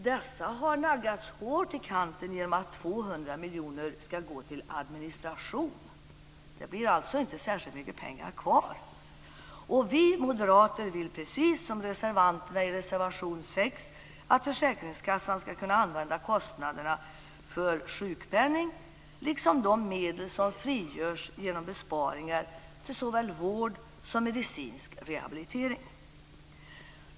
Dessa har naggats hårt i kanten genom att 200 miljoner kronor skall gå till administration. Det blir alltså inte särskilt mycket pengar kvar. Vi moderater vill precis som reservanterna i reservation 6 att försäkringskassan skall kunna använda kostnaderna för sjukpenning liksom de medel som frigörs genom besparingar till såväl vård som medicinsk rehabilitering.